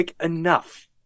enough